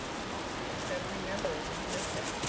yeah, you better remember, ah don't miss it.